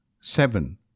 Seven